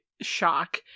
shock